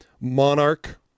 Monarch